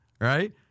right